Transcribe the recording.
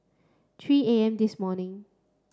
three A M this morning